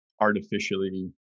artificially